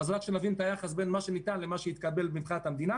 הוועדה לענייני ביקורת המדינה.